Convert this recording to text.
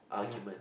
argument